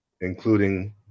including